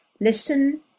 Listen